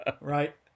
Right